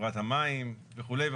חברת המים וכולי.